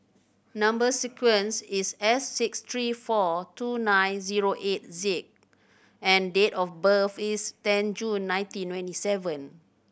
number sequence is S six three four two nine zero eight Z and date of birth is ten June nineteen twenty seven